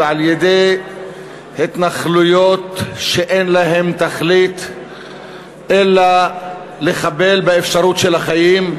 ועל-ידי התנחלויות שאין להן תכלית אלא לחבל באפשרות של החיים,